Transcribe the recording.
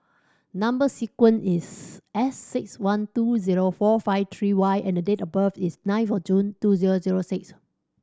number sequence is S six one two zero four five three Y and date of birth is nine of June two zero zero six